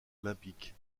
olympique